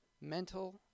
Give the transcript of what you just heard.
mental